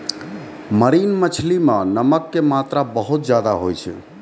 marine मछली मॅ नमक के मात्रा बहुत ज्यादे होय छै